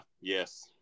Yes